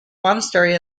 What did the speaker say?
monastery